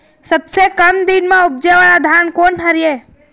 सबसे कम दिन म उपजे वाला धान कोन हर ये?